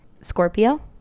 Scorpio